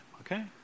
okay